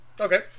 Okay